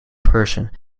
person